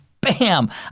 bam